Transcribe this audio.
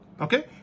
Okay